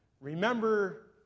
Remember